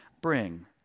bring